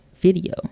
video